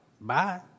bye